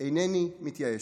אינני מתייאשת".